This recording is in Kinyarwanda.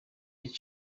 ngo